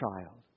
child